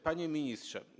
Panie Ministrze.